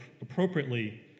appropriately